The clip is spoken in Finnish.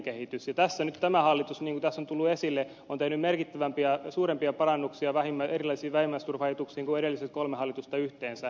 nyt tämä hallitus niin kuin tässä on tullut esille on tehnyt merkittävämpiä suurempia parannuksia erilaisiin vähimmäisturvaetuuksiin kuin edelliset kolme hallitusta yhteensä